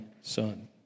son